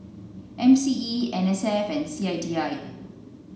M C E N S F and C I T I